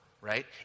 right